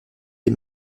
des